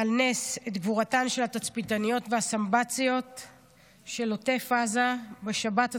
על נס את גבורתן של התצפיתניות והסמב"ציות של עוטף עזה בשבת הטבח,